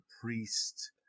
priest